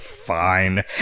fine